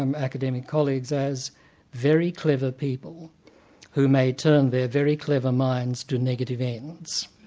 um academic colleagues as very clever people who may turn their very clever minds to negative ends.